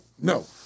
no